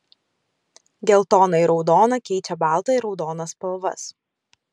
geltona ir raudona keičia baltą ir raudoną spalvas